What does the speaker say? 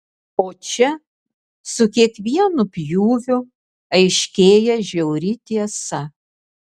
o čia su kiekvienu pjūviu aiškėja žiauri tiesa